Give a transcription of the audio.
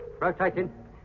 Rotating